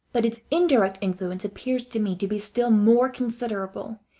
but its indirect influence appears to me to be still more considerable,